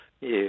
Yes